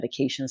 medications